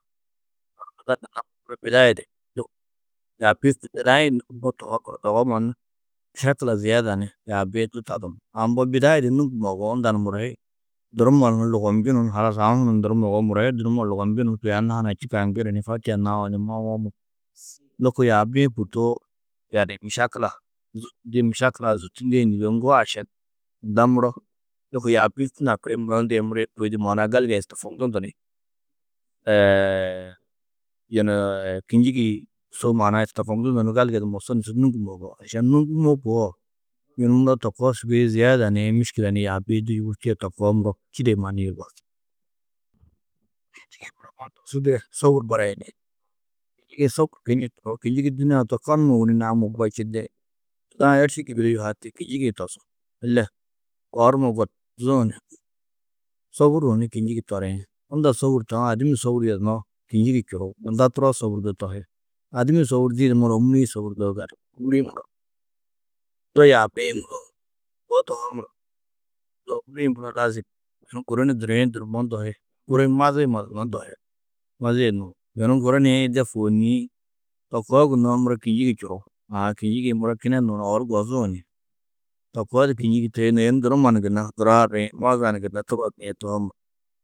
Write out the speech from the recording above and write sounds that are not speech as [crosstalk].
nunda gunna mbo bidai di lôko, yaabi-ĩ hûi ndinai-ĩ nûŋgumo tohoo muro, zogo mannu mešekila ziyeda ni yaabi-ĩ du hadũú. Yunu-ã mbo bidai di nûŋgumo yugó, unda ni muro hi durumaã muro lugobnjunu ni halas aũ hunu ni durumo yugó, muro hi durumaã lugobnjunu, kôi anna hunã čîkã ŋgiri ni fetiha nau ni mawo, [unintelligible] [noise] lôko yaabi-ĩ kûrtuwo, yanĩ mešekila zûtundi, mešekila zûtundiĩ nûgo, ŋgo ašan nda muro lôko yaabi-ĩ hûi nakiĩ muro, unda yê muro yê kôi di galii tofokndundu ni [hesitation] yunuu, kînjigi-ĩ su maana-ã tofokndundu ni gali di mosu ni nûŋgumo yugó. Ašan nûŋgumo koo, yunu muro to koo sûgoi, ziyeda ni miškile ni yaabi-ĩ du yûgurtie to koo muro čî de mannu yugó. [noise] Kînjigi-ĩ muro mannu [unintelligible] dige sobuũ, sobur barayini. Kînjigi-ĩ sobur kinnu tohu, kînjigi dînee-ã turkonu numa wûni naamo koo čindĩ. Tuda-ã êrši gibi di yuhati. Kînjigi-ĩ tosu, ille oor numa gutzuũ ni sôburuũ ni kînjigi toriĩ. Unda sôbur taú, adimmi sôbur yidannoó kînjgi čuruú. Nunda turo sôburdo tohi. Adimmi sôburdi-ĩ di muro ômuri-ĩ sôburdoo gali. Ômuri-ĩ muro to yaabi-ĩ du [unintelligible] to koo muro ômuri-ĩ muro lazim yunu guru ni duriĩ durummo ndohi. Guru ni mazi, mazunno ndohi. Mazîe nuũ, yunu guru nii de fôutniĩ, to koo gunnoo muro kînjigi čuruú. Aã kînjigi-ĩ muro kinenuũ ni oor gozuũ ni to koo di kînjigi tohîe gunnoo, yunu durumma ni gunna duraar niĩ, mazã ni gunna tubas nîe tohoo muro